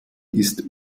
ist